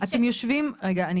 רגע,